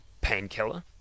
painkiller